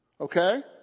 Okay